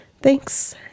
thanks